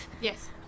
Yes